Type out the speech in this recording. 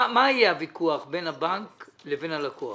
מה יהיה הוויכוח בין הבנק לבין הלקוח?